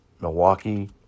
Milwaukee